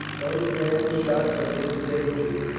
those damned shots of his saved you,